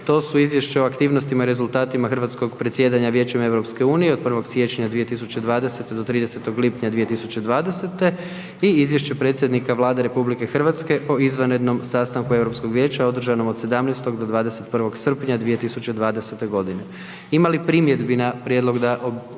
to su: - Izvješće o aktivnostima i rezultatima hrvatskog predsjedanja Vijećem Europske unije od 1. siječnja 2020. do 30. lipnja 2020. i - Izvješće predsjednika Vlade RH o izvanrednom sastanku Europskog vijeća održanom od 17. do 21. srpnja 2020. Ima li primjedbi na prijedlog da provedemo